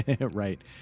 Right